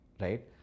right